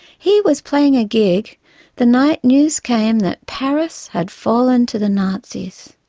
he was playing a gig the night news came that paris had fallen to the nazis.